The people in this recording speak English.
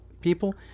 People